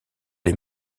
les